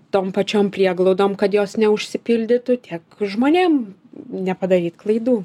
tom pačiom prieglaudom kad jos neužsipildytų tiek žmonėm nepadaryt klaidų